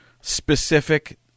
specific